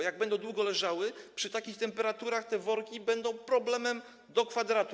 Jak będą długo leżały, to przy takich temperaturach te worki będą problemem do kwadratu.